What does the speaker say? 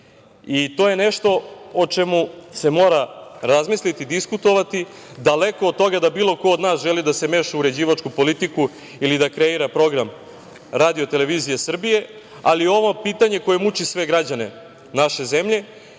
To je nešto o čemu se mora razmisliti, diskutovati. Daleko od toga da bilo ko od nas želi da se meša u uređivačku politiku ili da kreira program RTS, ali ovo je pitanje koje muči sve građane naše zemlje